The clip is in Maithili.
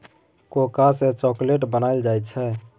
कोको सँ चाकलेटो बनाइल जाइ छै